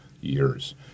years